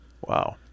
Wow